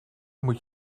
moet